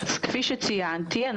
כפי שציינתי,